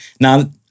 now